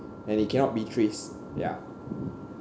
and it cannot be trace ya